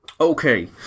okay